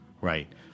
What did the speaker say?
Right